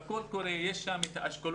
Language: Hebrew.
בקול קורא יש את האשכולות,